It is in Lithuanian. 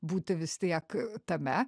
būti vis tiek tame